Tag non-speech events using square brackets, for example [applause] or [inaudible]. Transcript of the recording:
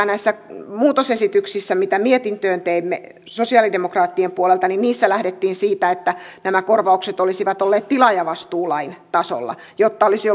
[unintelligible] näissä muutosesityksissä mitä mietintöön teimme sosialidemokraattien puolelta lähdettiin siitä että nämä korvaukset olisivat olleet tilaajavastuulain tasolla jotta olisi [unintelligible]